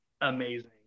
amazing